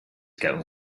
going